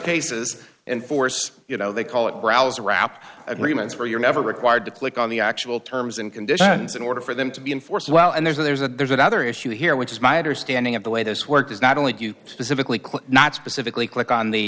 cases and force you know they call it browser wrap agreements where you're never required to click on the actual terms and conditions in order for them to be enforced well and there's a there's another issue here which is my understanding of the way this work is not only do you specifically click not specifically click on the